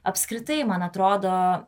apskritai man atrodo